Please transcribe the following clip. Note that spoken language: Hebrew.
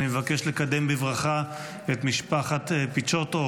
אני מבקש לקדם בברכה את משפחת פיצ'וטו,